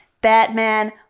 Batman